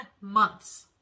months